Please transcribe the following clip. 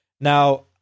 Now